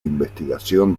investigación